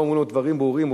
לא אומרים לו דברים ברורים,